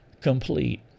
complete